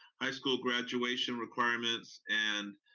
high school graduation requirements, and